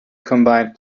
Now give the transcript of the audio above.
combined